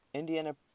Indiana